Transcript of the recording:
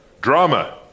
Drama